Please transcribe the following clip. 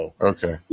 Okay